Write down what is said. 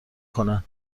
کنن